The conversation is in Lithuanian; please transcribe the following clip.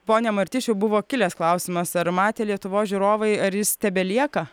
pone martišiau buvo kilęs klausimas ar matė lietuvos žiūrovai ar jis tebelieka